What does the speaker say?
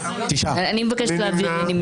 מי נמנע?